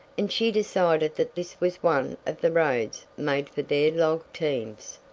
and she decided that this was one of the roads made for their log teams.